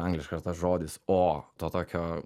angliškas žodis o to tokio